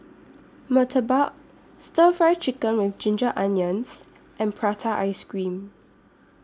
Murtabak Stir Fry Chicken with Ginger Onions and Prata Ice Cream